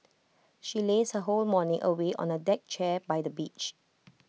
she lazed her whole morning away on A deck chair by the beach